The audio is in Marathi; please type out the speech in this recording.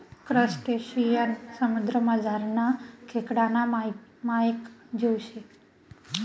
क्रसटेशियन समुद्रमझारना खेकडाना मायेक जीव शे